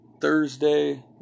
Thursday